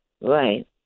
Right